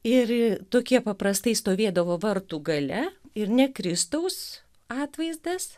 ir tokie paprastai stovėdavo vartų gale ir ne kristaus atvaizdas